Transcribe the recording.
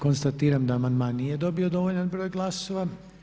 Konstatiram da amandman nije dobio dovoljan broj glasova.